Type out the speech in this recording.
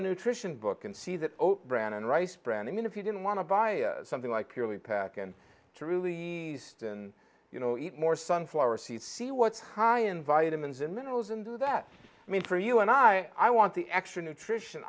a nutrition book and see that o'brien and rice bran i mean if you didn't want to buy a something like purely pack and truly than you know eat more sunflower seeds see what's high in vitamins and minerals and do that mean for you and i i want the extra nutrition